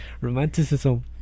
romanticism